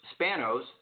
Spanos